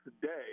today